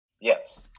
Yes